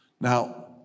Now